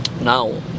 now